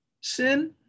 Sin